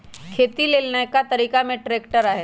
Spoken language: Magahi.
खेती लेल नया तरिका में ट्रैक्टर आयल